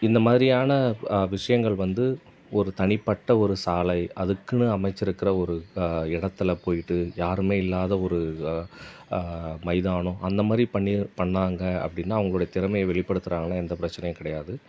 இந்த மாதிரியான விஷயங்கள் வந்து ஒரு தனிப்பட்ட ஒரு சாலை அதுக்குனு அமைச்சுருக்குற ஒரு இடத்தில் போயிட்டு யாருமே இல்லாத ஒரு மைதானோம் அந்த மாதிரி பண்ணி பண்ணிணாங்க அப்படினா அவங்களுடைய திறமையை வெளிப்படுத்துகிறாங்களா எந்த பிரச்சினையும் கிடையாது